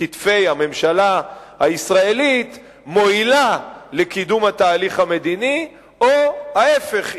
כתפי הממשלה הישראלית מועילה לקידום התהליך המדיני או ההיפך,